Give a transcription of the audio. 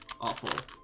awful